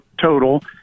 total